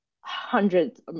hundreds